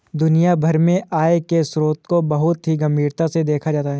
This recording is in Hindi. दुनिया भर में आय के स्रोतों को बहुत ही गम्भीरता से देखा जाता है